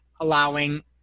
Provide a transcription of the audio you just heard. allowing